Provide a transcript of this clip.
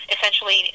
essentially